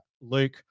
luke